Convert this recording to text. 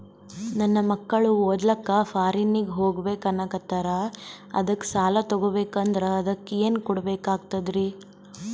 ನನ್ನ ಮಕ್ಕಳು ಓದ್ಲಕ್ಕ ಫಾರಿನ್ನಿಗೆ ಹೋಗ್ಬಕ ಅನ್ನಕತ್ತರ, ಅದಕ್ಕ ಸಾಲ ತೊಗೊಬಕಂದ್ರ ಅದಕ್ಕ ಏನ್ ಕೊಡಬೇಕಾಗ್ತದ್ರಿ?